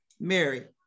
Mary